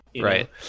Right